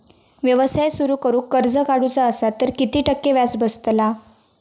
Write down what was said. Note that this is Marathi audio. व्यवसाय सुरु करूक कर्ज काढूचा असा तर किती टक्के व्याज बसतला?